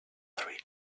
three